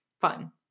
fun